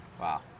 Wow